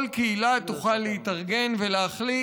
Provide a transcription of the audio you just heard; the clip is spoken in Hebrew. כל קהילה תוכל להתארגן ולהחליט: